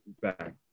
back